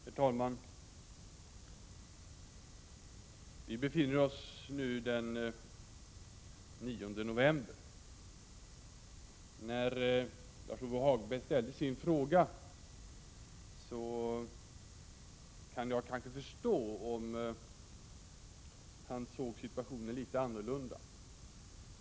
Herr talman! Vi har nu den 9 november. Jag kan kanske förstå att Lars-Ove Hagberg när han för en tid sedan ställde sin fråga såg på situationen litet annorlunda.